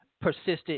persisted